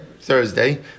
Thursday